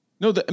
No